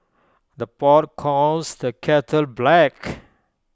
the pot calls the kettle black